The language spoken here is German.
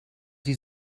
sie